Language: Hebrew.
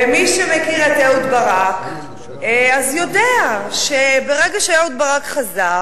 ומי שמכיר את אהוד ברק יודע שברגע שאהוד ברק חזר,